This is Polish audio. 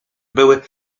były